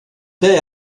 t’es